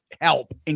help